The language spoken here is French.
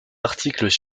articles